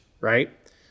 right